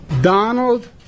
Donald